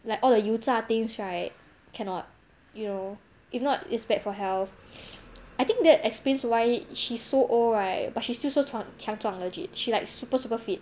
like all the 油炸 things right cannot you know if not it's bad for health I think that explains why she's so old right but she still so 强壮 legit she like super super fit